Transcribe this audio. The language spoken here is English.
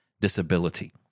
disability